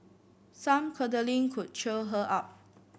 some cuddling could cheer her up